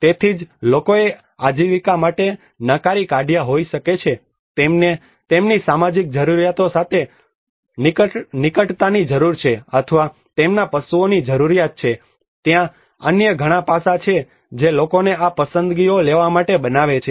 તેથી જ લોકોએ આજીવિકા માટે નકારી કાઢયા હોઈ શકે છે તેમને તેમની સામાજિક જરૂરિયાતો સાથે નિકટતાની જરૂર છે અથવા તેમના પશુઓની જરૂરિયાત છે ત્યાં અન્ય ઘણા પાસાં છે જે લોકોને આ પસંદગીઓ લેવા માટે બનાવે છે